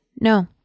No